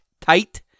tight